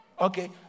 Okay